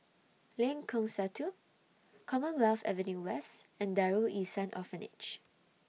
Lengkong Satu Commonwealth Avenue West and Darul Ihsan Orphanage